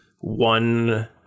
one